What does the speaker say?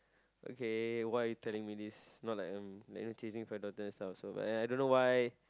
okay why are you telling me this not like I'm like you know chasing for your daughter so I also and I don't know why